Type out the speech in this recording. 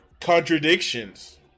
contradictions